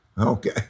Okay